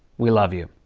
we love you.